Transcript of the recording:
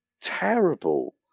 terrible